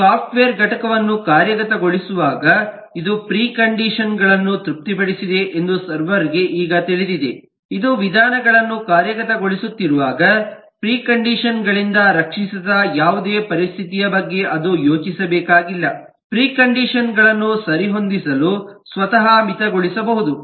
software ಘಟಕವನ್ನು ಕಾರ್ಯಗತಗೊಳಿಸುವಾಗ ಇದು ಪ್ರಿಕಂಡಿಷನ್ ಗಳನ್ನು ತೃಪ್ತಿಪಡಿಸಿದೆ ಎಂದು ಸರ್ವರ್ ಗೆ ಈಗ ತಿಳಿದಿದೆ ಇದು ವಿಧಾನಗಳನ್ನು ಕಾರ್ಯಗತಗೊಳಿಸುತ್ತಿರುವಾಗ ಪ್ರಿಕಂಡಿಷನ್ ಗಳಿಂದ ರಕ್ಷಿಸದ ಯಾವುದೇ ಪರಿಸ್ಥಿತಿಯ ಬಗ್ಗೆ ಅದು ಯೋಚಿಸಬೇಕಾಗಿಲ್ಲ ಪ್ರಿಕಂಡಿಷನ್ ಗಳನ್ನು ಸರಿಹೊಂದಿಸಲು ಸ್ವತಃ ಮಿತಗೊಳಿಸಬಹುದು